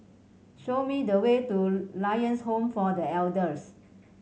show me the way to Lions Home for The Elders